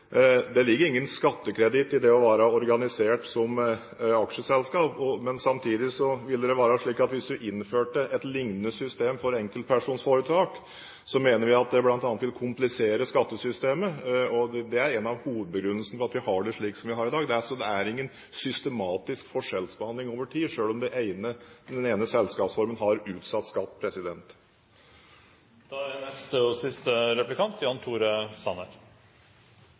det å være organisert som aksjeselskap, men samtidig vil det være slik at hvis man innførte et lignende system for enkeltpersonforetak, mener vi det bl.a. vil komplisere skattesystemet, og det er en av hovedbegrunnelsene for at vi har det slik som vi har i dag. Så det er ingen systematisk forskjellsbehandling over tid, selv om den ene selskapsformen har utsatt skatt. Finansministeren la vekt på at utviklingen av formuesskattesystemet skulle bidra til å balansere hensynet til fordeling og